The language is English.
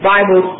Bible